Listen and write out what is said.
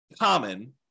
common